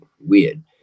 weird